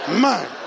Man